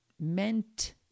meant